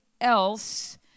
else